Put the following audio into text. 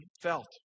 felt